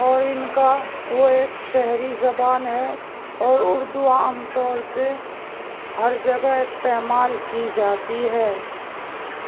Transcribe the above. اور ان کا وہ ایک شہری زبان ہے اور اردو عام طور سے ہر جگہ استعمال کی جاتی ہے